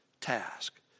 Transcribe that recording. task